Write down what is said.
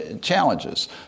challenges